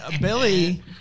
Billy